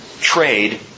trade